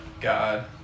God